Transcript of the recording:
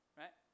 right